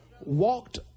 walked